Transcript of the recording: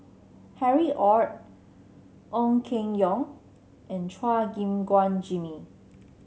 Harry Ord Ong Keng Yong and Chua Gim Guan Jimmy